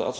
Jeg